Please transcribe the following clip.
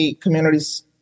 communities